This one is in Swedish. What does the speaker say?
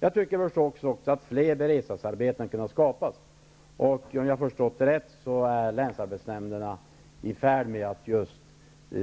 Jag tycker naturligtvis också att fler beredskapsarbeten hade kunnat skapas, och om jag har förstått det rätt är länsarbetsnämnderna i färd med att just